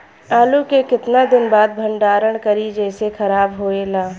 आलू के केतना दिन तक भंडारण करी जेसे खराब होएला?